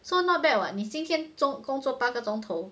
so not bad [what] 你今天总工作八个钟头